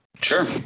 Sure